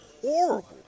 horrible